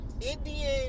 Indian